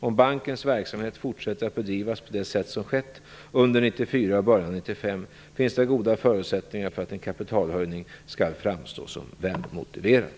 Om bankens verksamhet fortsätter att bedrivas på det sätt som skett under 1994 och början av 1995 finns det goda förutsättningar för att en kapitalhöjning skall framstå som välmotiverad.